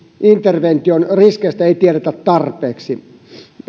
intervention riskeistä ei tiedetä tarpeeksi